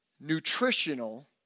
nutritional